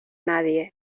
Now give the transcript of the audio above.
nadie